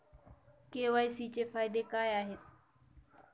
KYC चे फायदे काय आहेत?